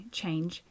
change